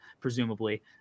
presumably